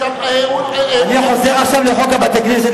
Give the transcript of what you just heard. אני חוזר עכשיו לחוק בתי-הכנסת,